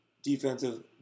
defensive